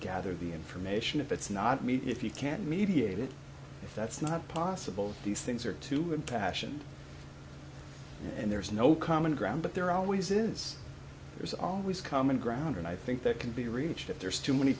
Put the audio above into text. gather the information if it's not me if you can't mediated if that's not possible these things are too impassioned and there's no common ground but there always is there's always common ground and i think that can be reached if there's too many